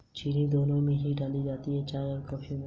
खरीफ की फसलें कौन कौन सी हैं?